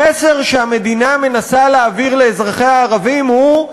המסר שהמדינה מנסה להעביר לאזרחיה הערבים הוא: